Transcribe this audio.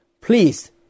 Please